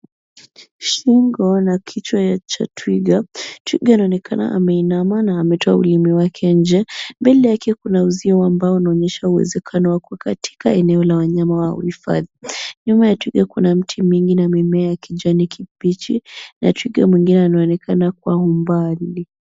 Shingo na kichwa cha twiga, twiga anaonekana ameinama na ametoa ulimi wake nje. Mbele yalke kuna uzio wa mbao unaonyesha uwezakano uko katika eneo la wanyama wa uhifadhi. Nyuma ya twiga kuna miti mingi na mimea ya kijani kibichi na twiga mwingine ana onekana kwa umbali.